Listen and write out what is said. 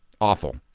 Awful